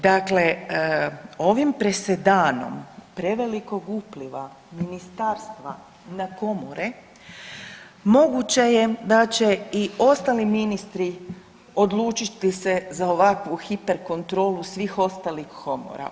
Dakle, ovim presedanom prevelikog upliva ministarstva na komore moguće je da će i ostali ministri odlučiti se za ovakvu hiperkontrolu svih ostalih komora.